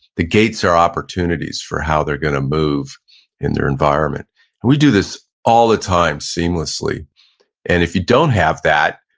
the gates are opportunities for how they're gonna move in their environment, and we do this all the time, seamlessly and if you don't have that,